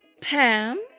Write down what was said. Pam